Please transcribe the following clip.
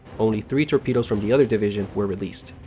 only three torpedoes from the other division were released,